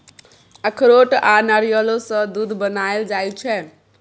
अखरोट आ नारियलो सँ दूध बनाएल जाइ छै